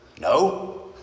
No